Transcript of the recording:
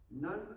None